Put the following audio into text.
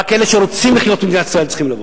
רק אלה שרוצים לחיות במדינת ישראל צריכים לבוא,